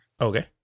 Okay